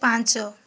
ପାଞ୍ଚ